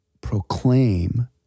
proclaim